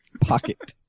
...pocket